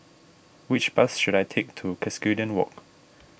which bus should I take to Cuscaden Walk